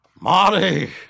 Marty